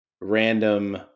random